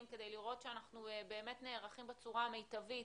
כדי לראות שאנחנו באמת נערכים בצורה המיטבית